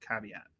caveat